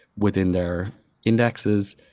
within their indexes,